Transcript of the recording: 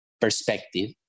perspective